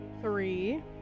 Three